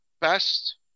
best